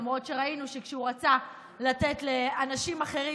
למרות שראינו שכשהוא רצה לתת לאנשים אחרים